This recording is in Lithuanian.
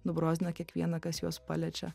nubrozdina kiekvieną kas juos paliečia